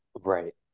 Right